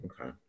Okay